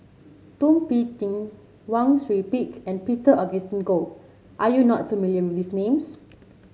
Thum Ping Tjin Wang Sui Pick and Peter Augustine Goh are you not familiar with these names